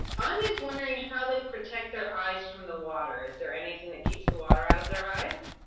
anya is wondering how they protect their eyes from the water. is there anything that keeps the water out of their eyes?